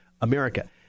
America